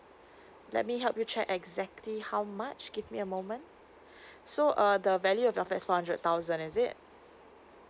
let me help you check exactly how much give me a moment so uh the value of your first four hundred thousand is it